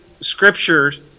scriptures